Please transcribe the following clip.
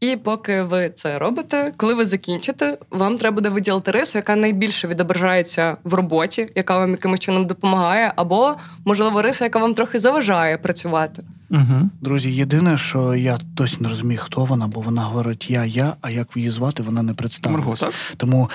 І поки ви це робите, коли ви закінчите, вам треба буде виділити рису, яка найбільше відображається в роботі, яка вам якимось чином допомагає, або, можливо, риса, яка вам трохи заважає працювати. Угу. Друзі, єдине, що я досі не розумію, хто вона, бо вона говорить, «Я, я», а як в її звати, вона не Марго, представилась. так? Тому